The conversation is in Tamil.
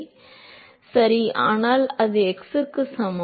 மாணவர் சரி ஆனால் அது x க்கு சமம்